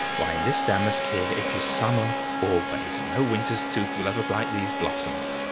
why in this damask here it is summer always, and no winter's tooth will ever blight these blossoms.